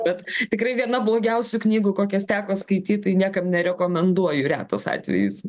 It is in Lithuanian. bet tikrai viena blogiausių knygų kokias teko skaityti tai niekam nerekomenduoju retas atvejis